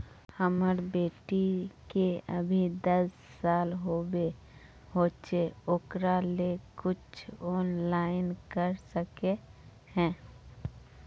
हमर बेटी के अभी दस साल होबे होचे ओकरा ले कुछ ऑनलाइन कर सके है?